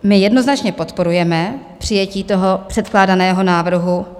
My jednoznačně podporujeme přijetí toho předkládaného návrhu.